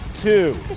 two